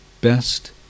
best